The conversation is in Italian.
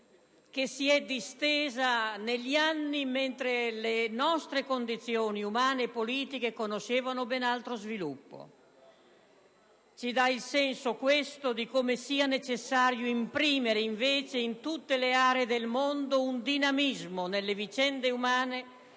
che si è protratta negli anni, mentre le nostre condizioni umane e politiche conoscevano ben altro sviluppo. Questo ci dà il senso di come sia necessario imprimere, in tutte le aree del mondo un dinamismo, nelle vicende umane,